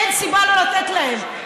אין סיבה שלא לתת להם.